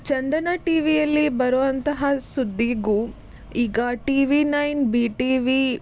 ಚಂದನ ಟಿವಿಯಲ್ಲಿ ಬರುವಂತಹ ಸುದ್ದಿಗೂ ಈಗ ಟಿವಿ ನೈನ್ ಬಿ ಟಿವಿ